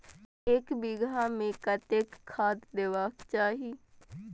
एक बिघा में कतेक खाघ देबाक चाही?